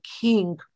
king